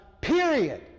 period